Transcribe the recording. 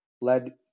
led